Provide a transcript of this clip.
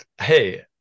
hey